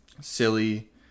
silly